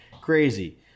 crazy